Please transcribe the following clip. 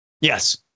Yes